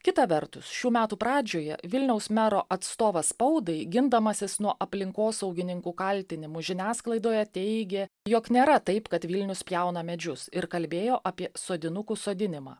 kita vertus šių metų pradžioje vilniaus mero atstovas spaudai gindamasis nuo aplinkosaugininkų kaltinimų žiniasklaidoje teigė jog nėra taip kad vilnius pjauna medžius ir kalbėjo apie sodinukų sodinimą